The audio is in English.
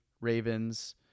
Ravens